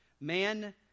Man